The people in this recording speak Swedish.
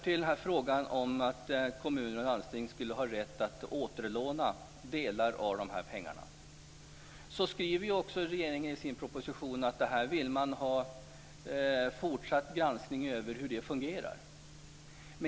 I frågan om kommuner och landsting skall ha rätt att återlåna delar av de här pengarna skriver regeringen i sin proposition att man kommer att följa upp hur det här fungerar.